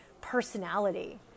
personality